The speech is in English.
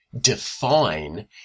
define